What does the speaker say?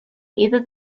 either